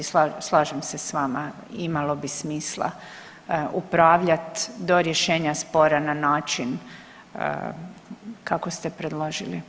Slažem se sa vama, imalo bi smisla upravljat do rješenja spora na način kako ste predložili.